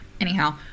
Anyhow